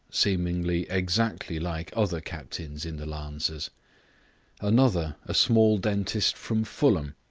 seemingly exactly like other captains in the lancers another, a small dentist from fulham,